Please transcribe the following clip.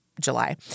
July